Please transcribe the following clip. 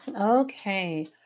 Okay